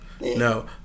No